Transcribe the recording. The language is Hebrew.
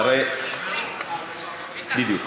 בדיוק.